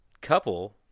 Couple